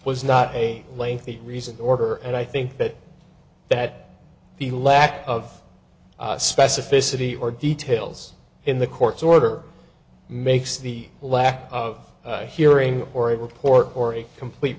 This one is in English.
was not a lengthy reasoned order and i think that that the lack of specificity or details in the court's order makes the lack of hearing or a report or a complete